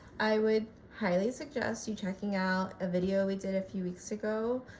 i would highly suggest you checking out a video we did a few weeks ago